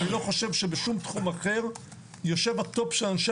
אני לא חושב שבשום תחום אחר יושב הטופ של אנשי